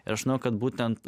ir aš žinau kad būtent